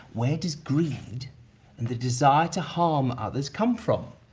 where does greed and the desire to harm others come from?